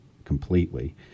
completely